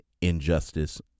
Injustice